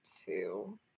two